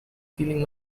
feeling